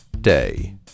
Day